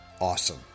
awesome